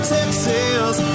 Texas